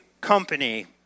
company